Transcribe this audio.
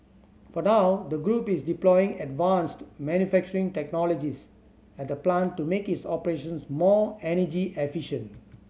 for now the group is deploying advanced manufacturing technologies at the plant to make its operations more energy efficient